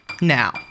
now